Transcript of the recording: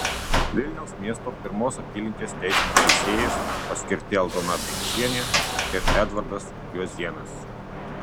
vilniaus miesto pirmos apylinkės teismo teisėjais paskirti aldona biekšienė ir edvardas juozėnas